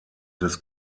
des